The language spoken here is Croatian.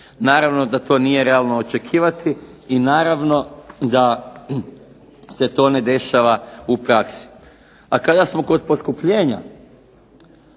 Naravno da to nije realno očekivati i naravno da se to ne dešava u praksi. A kada smo kod poskupljenja,